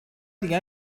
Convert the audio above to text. دیگه